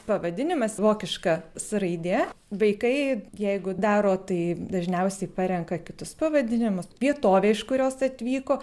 pavadinimas vokiška s raidė vaikai jeigu daro tai dažniausiai parenka kitus pavadinimus vietovę iš kurios atvyko